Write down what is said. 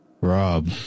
Rob